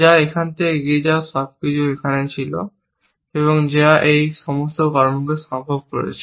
যা একটি এগিয়ে নিয়ে যাওয়া সবকিছু যা এখানে ছিল যা এই এই সমস্ত কর্মকে সম্ভব করেছে